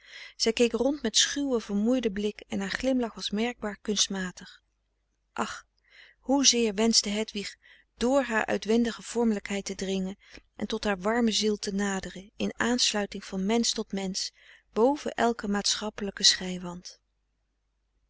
zij keek rond met schuwen vermoeiden blik en haar glimlach was merkbaar kunstmatig ach hoezeer wenschte hedwig dr haar uitwendige vormelijkheid te dringen en tot haar warme ziel te naderen in aansluiting van mensch tot mensch boven elken maatschappelijken